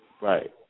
Right